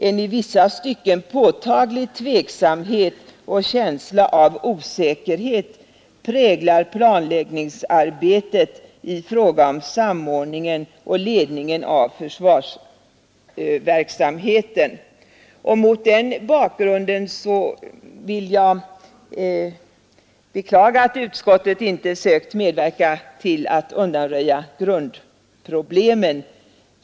En i vissa stycken påtaglig tveksamhet och känsla av osäkerhet präglar planläggningsarbetet i fråga om samordningen och ledningen av försvarsverksamheten.” Mot denna bakgrund vill jag beklaga att utskottet inte sökt medverka till att undanröja grundproblemen.